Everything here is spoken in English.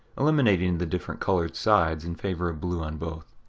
eliminating the different colored sides in favor of blue on both.